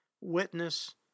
witness